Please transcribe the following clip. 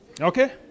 Okay